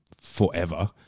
forever